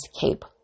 cape